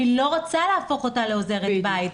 אני לא רוצה להפוך אותה לעוזרת בית.